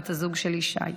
בת הזוג של ישי: